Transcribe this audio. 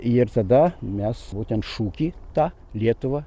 ir tada mes būtent šūkį tą lietuva